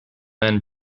men